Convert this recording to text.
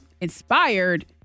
inspired